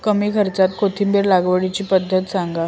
कमी खर्च्यात कोथिंबिर लागवडीची पद्धत सांगा